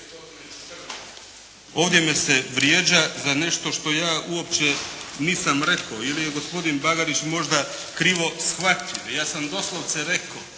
uključio./… Ovdje me se vrijeđa za nešto što ja uopće nisam rekao ili je gospodin Bagarić možda krivo shvatio. Ja sam doslovce rekao